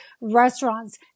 restaurants